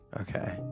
okay